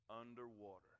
underwater